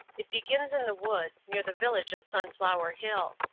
it begins in the woods, near the village of sunflower hill.